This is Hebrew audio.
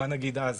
מה נגד אז?